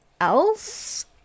else